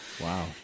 Wow